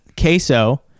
Queso